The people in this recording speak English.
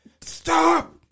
Stop